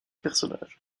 personnages